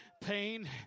pain